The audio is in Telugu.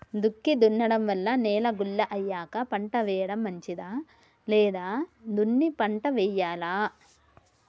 దుక్కి దున్నడం వల్ల నేల గుల్ల అయ్యాక పంట వేయడం మంచిదా లేదా దున్ని పంట వెయ్యాలా?